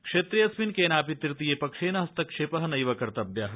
क्षेत्रेऽस्मिन् केनाऽपि तृतीयपक्षेण हस्तक्षेपः नैव कर्त्तव्यः